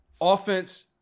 offense